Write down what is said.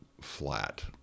flat